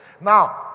Now